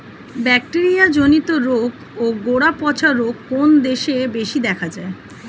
Bacteria জনিত রোগ ও গোড়া পচা রোগ কোন দেশে বেশি দেখা যায়?